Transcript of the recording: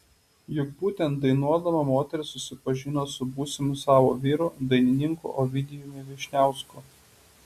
juk būtent dainuodama moteris susipažino su būsimu savo vyru dainininku ovidijumi vyšniausku